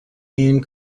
and